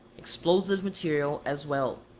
explosive material as well.